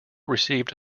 received